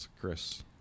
Chris